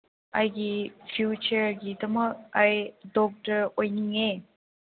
ꯑꯩꯒꯤ ꯐ꯭ꯌꯨꯆꯔꯒꯤꯗꯃꯛ ꯑꯩ ꯗꯣꯛꯇꯔ ꯑꯣꯏꯅꯤꯡꯉꯦ